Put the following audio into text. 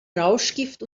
rauschgift